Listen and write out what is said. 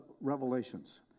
revelations